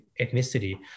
ethnicity